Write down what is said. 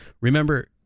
Remember